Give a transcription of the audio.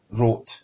wrote